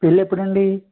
పెళ్ళి ఎప్పుడండీ